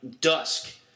dusk